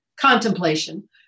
contemplation